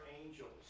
angels